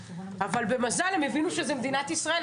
אבל במזל הם הבינו שזו מדינת ישראל,